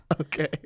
okay